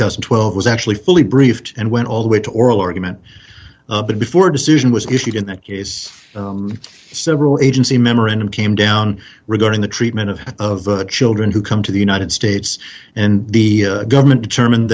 thousand and twelve was actually fully briefed and went all the way to oral argument but before decision was issued in that case several agency memorandum came down regarding the treatment of of the children who come to the united states and the government determined